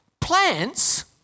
plants